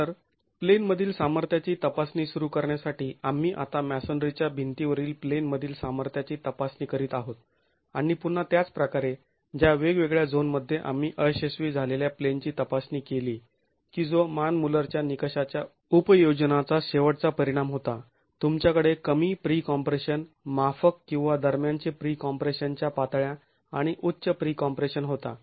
तर प्लेन मधील सामर्थ्याची तपासणी सुरू करण्यासाठी आम्ही आता मॅसोनरीच्या भिंतीवरील प्लेनमधील सामर्थ्याची तपासणी करीत आहोत आणि पुन्हा त्याच प्रकारे ज्या वेगवेगळ्या झोनमध्ये आम्ही अयशस्वी झालेल्या प्लेनची तपासणी केली की जो मान मुल्लरच्या निकषच्या उपयोजनाचा शेवटचा परिणाम होता तुमच्याकडे कमी प्री कॉम्प्रेशन माफक किंवा दरम्यानचे प्री कॉम्प्रेशन च्या पातळ्या आणि उच्च प्री कॉम्प्रेशन होता